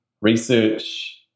research